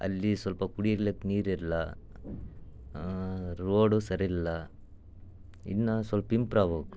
ಅಲ್ಲಿ ಸ್ವಲ್ಪ ಕುಡಿಯಲಿಕ್ಕೆ ನೀರಿಲ್ಲ ರೋಡು ಸರಿ ಇಲ್ಲ ಇನ್ನೂ ಸ್ವಲ್ಪ ಇಂಪ್ರೋ ಆಬೇಕು